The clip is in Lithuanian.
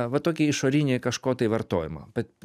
va tokį išorinį kažko tai vartojimą bet